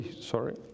Sorry